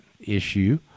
Issue